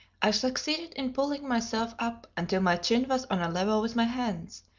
i succeeded in pulling myself up until my chin was on a level with my hands,